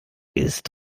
ist